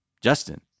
Justin